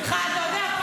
אתה יודע,